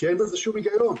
אין בזה שום היגיון.